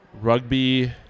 rugby